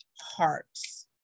hearts